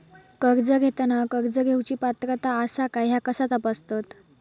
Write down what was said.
कर्ज घेताना कर्ज घेवची पात्रता आसा काय ह्या कसा तपासतात?